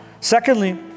Secondly